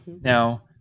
Now